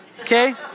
Okay